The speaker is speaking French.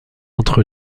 entre